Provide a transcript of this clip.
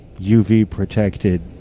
UV-protected